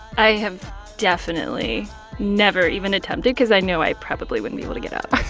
i have definitely never even attempted cause i know i probably wouldn't be able to get up